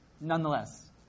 Nonetheless